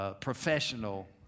Professional